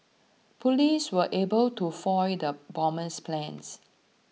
police were able to foil the bomber's plans